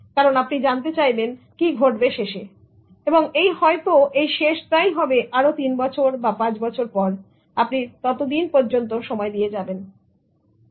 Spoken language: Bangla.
কারণ আপনি জানতে চাইবেন কি ঘটবে শেষে হয়তো এই শেষ টা হবে 3 বছর পর বা 5 বছর পর এবং আপনি সময় দিয়ে যাবেন ততদিন অবধি